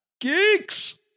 geeks